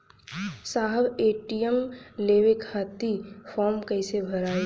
साहब ए.टी.एम लेवे खतीं फॉर्म कइसे भराई?